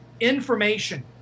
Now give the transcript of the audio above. information